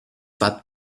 that